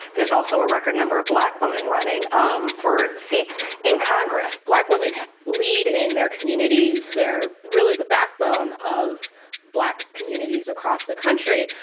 there's also a record number of black women running for seats in congress. black women lead in their communities. they're really the backbone of black communities across the country.